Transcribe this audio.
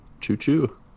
Choo-choo